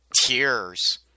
tears